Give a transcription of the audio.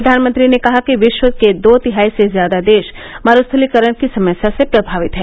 प्रधानमंत्री ने कहा कि विश्व के दो तिहाई से ज्यादा देश मरूस्थलीकरण की समस्या से प्रभावित हैं